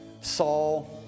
Saul